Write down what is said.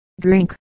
drink